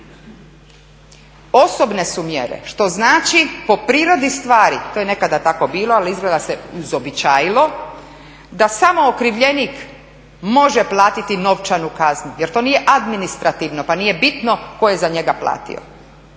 osobne su mjere što znači po prirodi stvari, to je nekada tako bilo ali izgleda se uzobičajilo da samo okrivljenik može platiti novčanu kaznu jer to nije administrativno pa nije bitno tko je za njega platio.